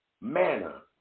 manner